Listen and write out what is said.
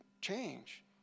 change